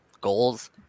goals